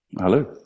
Hello